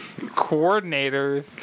coordinators